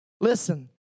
Listen